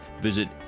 visit